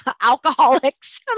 alcoholics